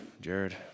Jared